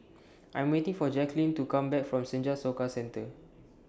I Am waiting For Jacqulyn to Come Back from Senja Soka Centre